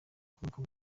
akomoka